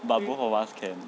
but both of us can